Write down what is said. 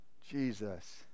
Jesus